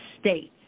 states